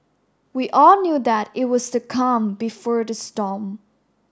we all knew that it was the calm before the storm